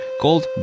called